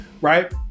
right